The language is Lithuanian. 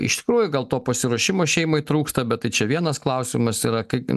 iš tikrųjų gal to pasiruošimo šeimai trūksta bet tai čia vienas klausimas yra